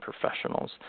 professionals